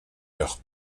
leur